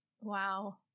Wow